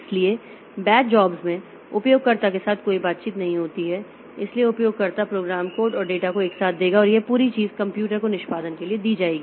इसलिए batch jobs में उपयोगकर्ता के साथ कोई बातचीत नहीं होती है इसलिए उपयोगकर्ता प्रोग्राम कोड और डेटा को एक साथ देगा और यह पूरी चीज कंप्यूटर को निष्पादन के लिए दी जाएगी